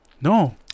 No